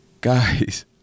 guys